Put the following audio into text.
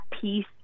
peace